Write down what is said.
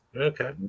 Okay